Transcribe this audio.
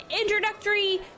introductory